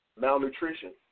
malnutrition